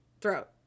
throat